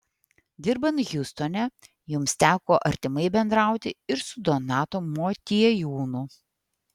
dirbant hjustone jums teko artimai bendrauti ir su donatu motiejūnu